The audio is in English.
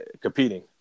competing